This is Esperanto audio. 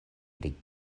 pri